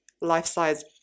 life-size